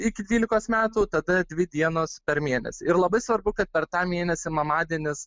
iki dvylikos metų tada dvi dienos per mėnesį ir labai svarbu kad per tą mėnesį mamadienis